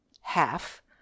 Half